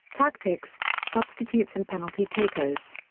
tactics, substitutes and penalty-takers.